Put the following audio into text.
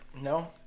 No